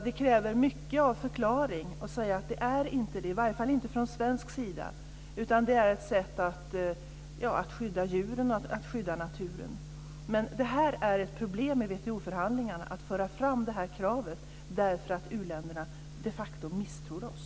Det kräver mycket av förklaring om de ska förstå att det inte är så - i varje fall inte från svensk sida - utan att det är ett sätt att skydda djuren och att skydda naturen. Men detta krav är ett problem i WTO förhandlingarna, därför att u-länderna de facto misstror oss.